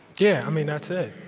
yeah, i mean that's it.